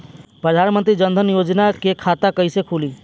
प्रधान मंत्री जनधन योजना के खाता कैसे खुली?